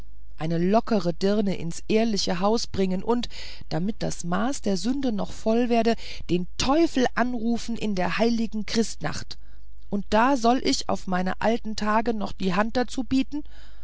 eine lockere dirne ins ehrliche haus bringen und damit das maß der sünden noch voll werde den teufel anrufen in der heiligen christnacht und da soll ich auf meine alten tage noch die hand dazu bieten